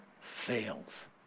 fails